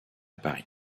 paris